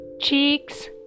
cheeks